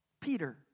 Peter